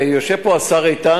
ויושב פה השר איתן,